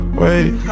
wait